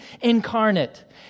incarnate